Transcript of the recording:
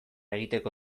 egiteko